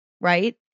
right